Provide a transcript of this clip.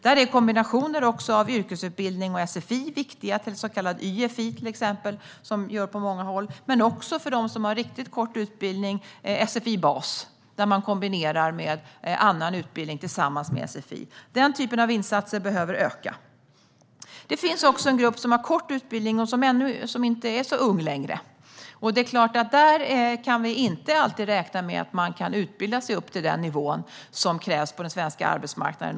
Här är det viktigt med kombinationer av yrkesutbildning och sfi, till exempel så kallad yfi, som används på många håll. För dem som har riktigt kort utbildning kan man satsa på sfi bas, där man kombinerar annan utbildning med sfi. Den typen av insatser behöver öka. Det finns också en grupp vars medlemmar har kort utbildning och inte längre är så unga. Där kan vi inte alltid räkna med att man kan utbilda sig till den nivå som normalt krävs på den svenska arbetsmarknaden.